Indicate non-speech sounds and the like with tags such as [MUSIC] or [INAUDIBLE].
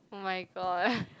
oh-my-god [LAUGHS]